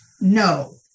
No